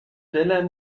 دلم